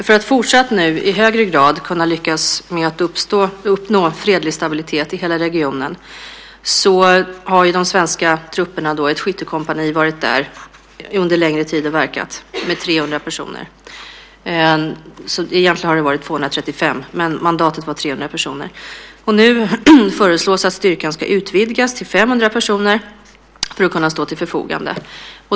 För att fortsatt och i högre grad lyckas uppnå fredlig stabilitet i hela regionen har nu svenska trupper, ett skyttekompani, varit där och verkat under en längre tid med 300 personer - egentligen har det varit 235, men mandatet var 300 personer. Nu föreslås att styrkan ska utvidgas till 500 personer som ska kunna stå till förfogande.